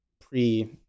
pre